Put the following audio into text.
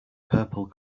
purple